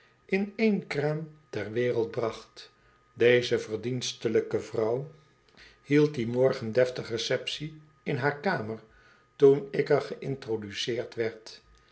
in één kiaam ter wereld bracht deze verdienstelijke vrouw hield dien morgen deftig receptie in haar kamer toen ik er geïntroduceerd werd